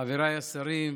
חבריי השרים,